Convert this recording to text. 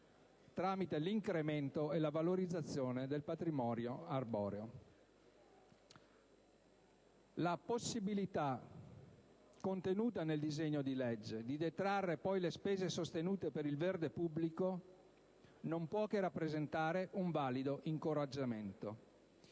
tramite l'incremento e la valorizzazione del patrimonio arboreo. La possibilità poi contenuta nel disegno di legge di detrarre le spese sostenute per il verde pubblico non può che rappresentare un valido incoraggiamento.